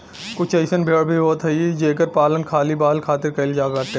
कुछ अइसन भेड़ भी होत हई जेकर पालन खाली बाल खातिर कईल जात बाटे